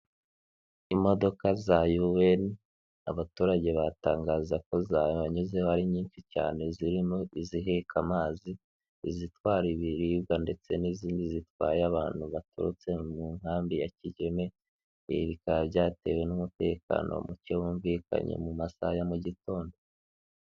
Imodoka za yuweni abaturage baratangaza ko zabanyuzeho ari nyinshi cyane, zirimo iziheka amazi, izitwara ibiribwa ndetse n'izindi zitwaye abantu baturutse mu nkambi ya Kigeme, ibi bikaba byatewe n'umutekano muke wumvikanye mu masaha ya mu gitondo.